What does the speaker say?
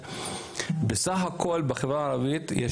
הכרזה על תוכנית חירום לאומית והוראת המדעים